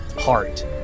heart